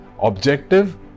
objective